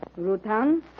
Rutan